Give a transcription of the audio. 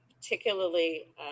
particularly